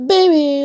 Baby